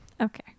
Okay